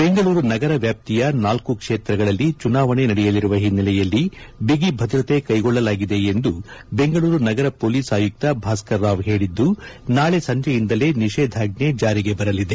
ಬೆಂಗಳೂರು ನಗರ ವ್ಯಾಪ್ತಿಯ ನಾಲ್ಲು ಕ್ಷೇತ್ರಗಳಲ್ಲಿ ಚುನಾವಣೆ ನಡೆಯಲಿರುವ ಹಿನ್ನೆಲೆಯಲ್ಲಿ ಬಿಗಿ ಭದ್ರತೆ ಕೈಗೊಳ್ಳಲಾಗಿದೆ ಎಂದು ಬೆಂಗಳೂರು ನಗರ ಪೊಲೀಸ್ ಆಯುಕ್ತ ಭಾಸ್ಕರ್ ರಾವ್ ಹೇಳಿದ್ದು ನಾಳೆ ಸಂಜೆಯಿಂದಲೇ ನಿಷೇದಾಜ್ಞೆ ಚಾರಿಗೆ ಬರಲಿದೆ